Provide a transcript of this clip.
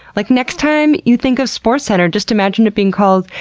like, next time you think of sports center, just imagine it being called,